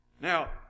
Now